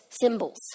symbols